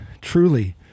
truly